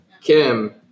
Kim